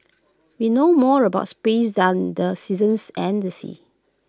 we know more about space than the seasons and the seas